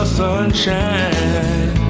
sunshine